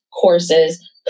courses